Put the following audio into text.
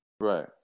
Right